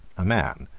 a man,